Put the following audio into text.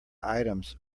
items